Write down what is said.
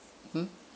mmhmm